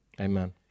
Amen